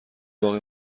باقی